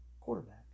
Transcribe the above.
quarterback